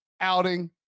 outing